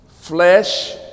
flesh